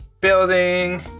building